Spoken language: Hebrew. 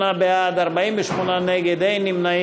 חברי הכנסת, 38 בעד, 48 נגד, אין נמנעים.